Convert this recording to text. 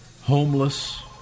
homeless